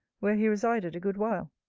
where he resided a good while?